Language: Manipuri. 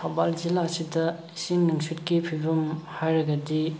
ꯊꯧꯕꯥꯜ ꯖꯤꯜꯂꯥꯁꯤꯗ ꯏꯁꯤꯡ ꯅꯨꯡꯁꯤꯠꯀꯤ ꯐꯤꯕꯝ ꯍꯥꯏꯔꯒꯗꯤ